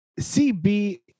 CB